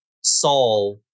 Saul